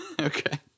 Okay